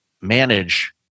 manage